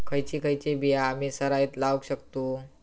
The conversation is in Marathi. खयची खयची बिया आम्ही सरायत लावक शकतु?